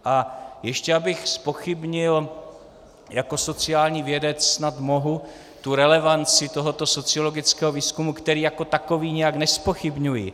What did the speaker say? A ještě abych zpochybnil jako sociální vědec snad mohu relevanci tohoto sociologického výzkumu, který jako takový nijak nezpochybňuji.